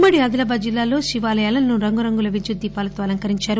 ఉమ్మడి ఆదిలాబాద్ జిల్లాలో శివాలయాలను రంగురంగుల విద్యుత్ దీపాలతో అలంకరించారు